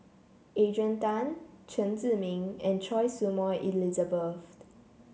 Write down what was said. Adrian Tan Chen Zhiming and Choy Su Moi Elizabeth